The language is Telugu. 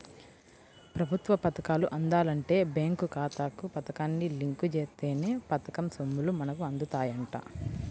ప్రభుత్వ పథకాలు అందాలంటే బేంకు ఖాతాకు పథకాన్ని లింకు జేత్తేనే పథకం సొమ్ములు మనకు అందుతాయంట